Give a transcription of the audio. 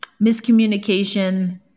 Miscommunication